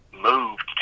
moved